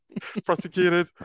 prosecuted